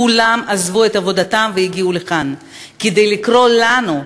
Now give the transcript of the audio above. כולם עזבו את עבודתם והגיעו לכאן כדי לקרוא לנו,